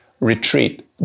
retreat